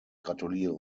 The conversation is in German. gratuliere